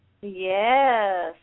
Yes